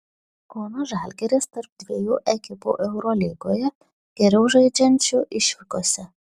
kauno žalgiris tarp dviejų ekipų eurolygoje geriau žaidžiančių išvykose